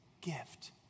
gift